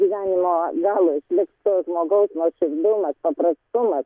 gyvenimo galo išliks to žmogaus nuoširdumas paprastumas